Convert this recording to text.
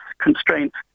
constraints